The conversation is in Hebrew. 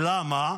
למה?